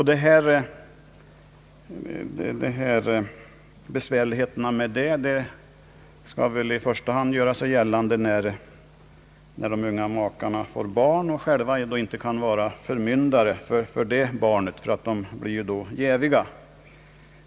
De besvärligheter som följer med detta torde väl i första hand göra sig gällande när de unga makarna får barn och själva inte kan vara förmyndare för barnet, eftersom de då blir jäviga.